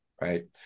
Right